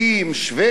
שבדים.